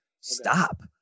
stop